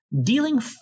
Dealing